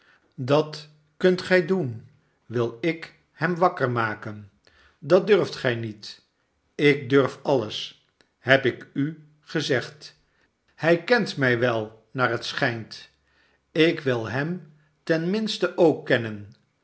dat kunt gij doen wil ik hem wakker maken sdat durft gij niet ik durf alles heb ik u gezegd hij kent mij wel naar het schijnt ik wil hem ten minste ook kennen